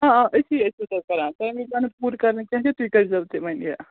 آ آ أسی ٲسِو تۄہہِ کران تَمہِ وِزِ آو نہٕ پوٗرٕ کرنہٕ کیٚنٛہہ تہٕ تُہۍ کٔرۍزیو تہِ وۄنۍ یہِ